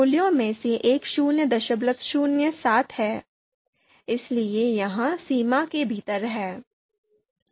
मूल्यों में से एक 007 है इसलिए यह सीमा के भीतर है